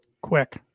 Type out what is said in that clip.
Quick